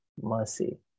mercy